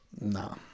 No